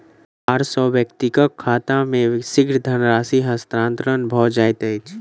तार सॅ व्यक्तिक खाता मे शीघ्र धनराशि हस्तांतरण भ जाइत अछि